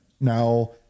Now